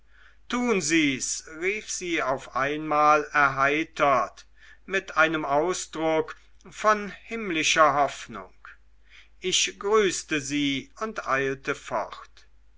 tun sie's rief sie auf einmal mit einem ausdruck von himmlischer hoffnung ich grüßte sie und eilte fort